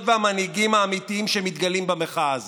והמנהיגים האמיתיים שמתגלים במחאה הזאת.